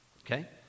okay